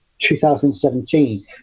2017